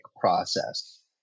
process